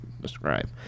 describe